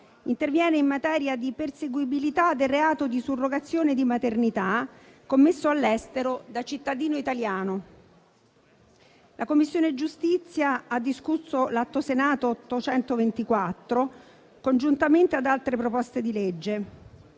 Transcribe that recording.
interviene in materia di perseguibilità del reato di surrogazione di maternità commesso all'estero da cittadino italiano. La Commissione giustizia ha discusso l'Atto Senato 824 congiuntamente ad altre proposte di legge